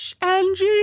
Angie